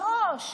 מראש,